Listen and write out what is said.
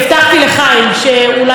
שאולי כבר לא נמצא כאן.